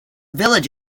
village